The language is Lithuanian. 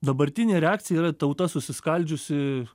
dabartinė reakcija yra tauta susiskaldžiusi